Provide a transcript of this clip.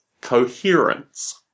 coherence